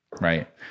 right